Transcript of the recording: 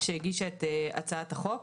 שהגישה את הצעת החוק.